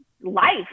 life